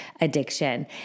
addiction